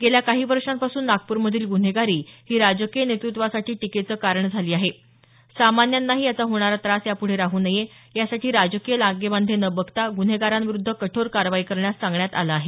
गेल्या काही वर्षांपासून नागपूरमधील गुन्हेगारी ही राजकीय नेतृत्वासाठी टीकेचं कारण झाली आहे सामान्यांनाही याचा होणारा त्रास यापूढे राहू नये यासाठी राजकीय लागेबांधे न बघता गुन्हेगारांविरुद्ध कठोर कारवाई करण्यास सांगण्यात आलं आहे